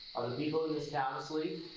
people in this town asleep?